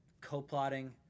co-plotting